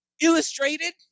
illustrated